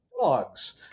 dogs